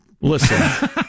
Listen